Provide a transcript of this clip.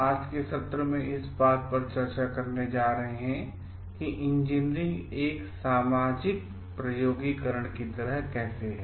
आज के सत्र में हम इस बात पर चर्चा करने जा रहे हैं कि इंजीनियरिंग एक सामाजिक प्रयोगीकरण की तरह कैसे है